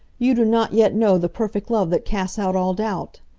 you do not yet know the perfect love that casts out all doubt.